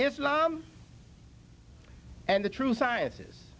islam and the true sciences